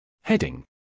Heading